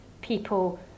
people